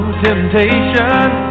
temptation